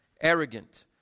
arrogant